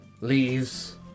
Leaves